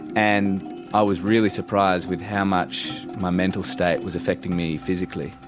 and i was really surprised with how much my mental state was affecting me physically.